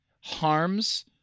harms